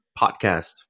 podcast